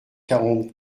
quarante